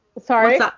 Sorry